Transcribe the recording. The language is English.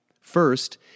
First